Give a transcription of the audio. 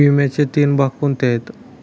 विम्याचे तीन भाग कोणते आहेत?